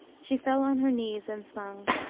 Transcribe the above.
she fell on her knees, and sung,